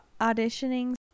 auditioning